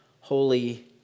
holy